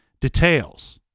details